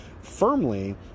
firmly